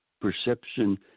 perception